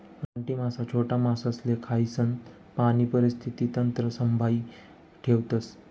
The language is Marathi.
रानटी मासा छोटा मासासले खायीसन पाणी परिस्थिती तंत्र संभाई ठेवतस